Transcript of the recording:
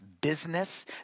business